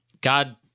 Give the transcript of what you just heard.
God